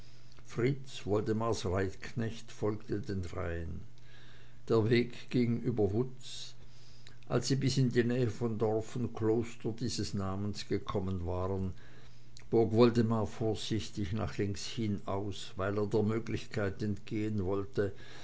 fritz woldemars reitknecht folgte den dreien der weg ging über wutz als sie bis in nähe von dorf und kloster dieses namens gekommen waren bog woldemar vorsichtig nach links hin aus weil er der möglichkeit entgehen wollte